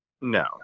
No